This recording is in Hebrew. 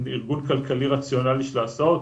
מבחינת ארגון כלכלי רציונלי של ההסעות.